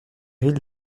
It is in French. rides